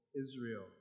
Israel